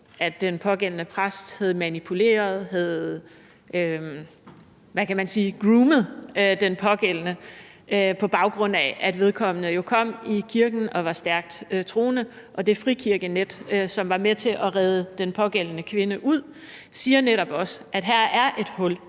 at den pågældende præst havde manipuleret, havde, hvad kan man sige, groomet den pågældende, på baggrund af at den pågældende jo kom i kirken og var stærkt troende. Og det frikirkenet, som var med til at redde den pågældende kvinde ud, siger jo også, at der er et hul